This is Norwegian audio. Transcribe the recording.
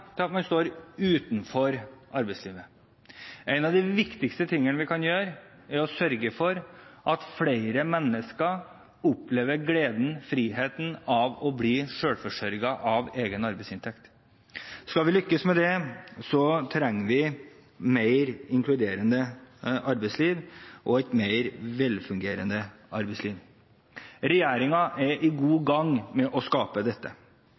til at man står utenfor arbeidslivet. En av de viktigste tingene vi kan gjøre, er å sørge for at flere mennesker opplever gleden og friheten ved å bli selvforsørget av egen arbeidsinntekt. Skal vi lykkes med det, trenger vi et mer inkluderende arbeidsliv og et mer velfungerende arbeidsliv. Regjeringen er godt i gang med å skape dette.